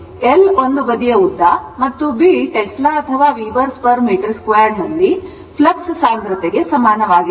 L ಒಂದು ಬದಿಯ ಉದ್ದ ಮತ್ತು B ಟೆಸ್ಲಾ ಅಥವಾ weberm 2 ನಲ್ಲಿ ಫ್ಲಕ್ಸ್ ಸಾಂದ್ರತೆಗೆ ಸಮಾನವಾಗಿರುತ್ತದೆ